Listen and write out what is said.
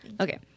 Okay